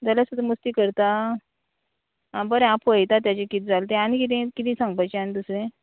जाल्यार सुद्दां मस्ती करता आं बरें हांव पळयतां तेजें कितें जालें तें आनी किदें किदें सांगपाचें आनी दुसरें